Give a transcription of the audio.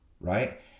right